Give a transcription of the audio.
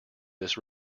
this